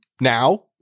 now